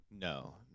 No